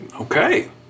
okay